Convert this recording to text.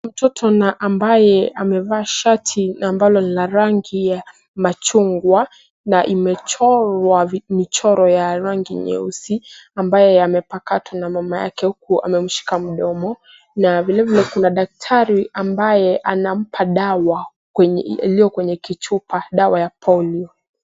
Mtoto na ambaye amevaa shati ambalo lina rangi ya machungwa na imechorwa michoro ya rangi nyeusi ambayo yamepakatwa na mama yake huku amemshika mdomo na vile vile kuna daktari ambaye anampa dawa iliyo kwenye kichupa dawa ya Polio .